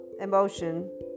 emotion